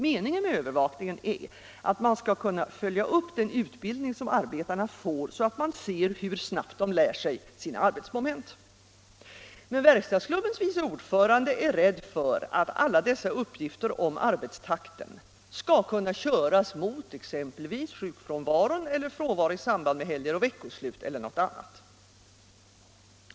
Meningen med övervakningen är att man skall kunna följa upp den utbildning som arbetarna får, så att man ser hur snabbt de lär sig sina arbetsmoment. Verkstadsklubbens vice ordförande är emellertid rädd för att alla dessa uppgifter om arbetstakten skall kunna köras mot exempelvis sjukfrånvaron eller frånvaro i samband med helger och veckoslut eller något annat.